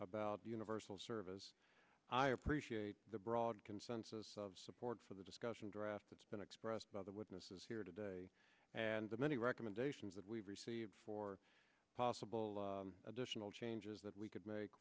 the universal service i appreciate the broad consensus of support for the discussion draft that's been expressed by the witnesses here today and the many recommendations that we've received for possible additional changes that we could make